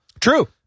True